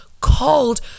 called